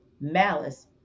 malice